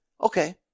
Okay